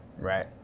Right